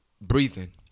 breathing